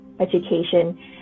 education